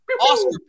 Oscar